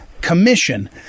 commission